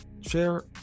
share